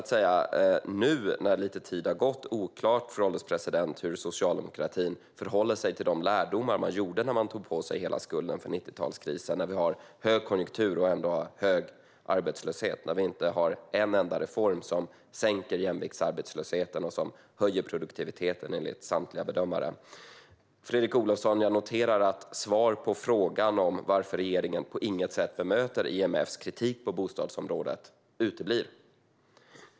Det är dock nu, när lite tid har gått, oklart hur socialdemokratin förhåller sig till de lärdomar man drog när man tog på sig hela skulden för 90-talskrisen. Vi har ju nu högkonjunktur, och vi har ändå hög arbetslöshet. Vi har enligt samtliga bedömare inte en enda reform som sänker jämviktsarbetslösheten och höjer produktiviteten. Jag noterar, Fredrik Olovsson, att svar på frågan om varför regeringen på inget sätt bemöter IMF:s kritik på bostadsområdet uteblir.